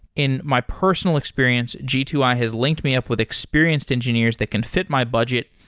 in my personal experience, g two i has linked me up with experienced engineers that can fit my budget,